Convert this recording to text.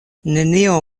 nenio